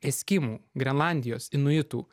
eskimų grenlandijos inuitų